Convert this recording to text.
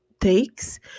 takes